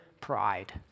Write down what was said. pride